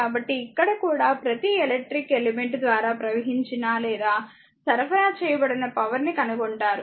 కాబట్టి ఇక్కడ కూడా ప్రతి ఎలక్ట్రిక్ ఎలిమెంట్ ద్వారా గ్రహించబడిన లేదా సరఫరా చేయబడిన పవర్ ని కనుగొంటారు